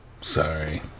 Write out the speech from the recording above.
Sorry